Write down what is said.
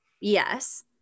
yes